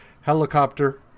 helicopter